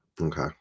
okay